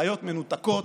הנחיות מנותקות,